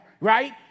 right